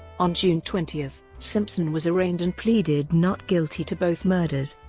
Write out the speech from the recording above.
on june twenty, simpson was arraigned and pleaded not guilty to both murders.